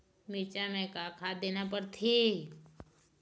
मिरचा मे का खाद देना पड़थे?